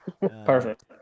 Perfect